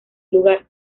lugar